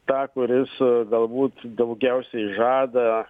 tą kuris galbūt daugiausiai žada